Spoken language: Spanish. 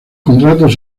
contratos